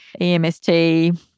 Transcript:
EMST